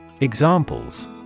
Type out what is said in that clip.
Examples